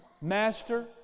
Master